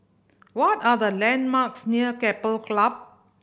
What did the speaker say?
what are the landmarks near Keppel Club